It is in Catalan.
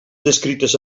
descrites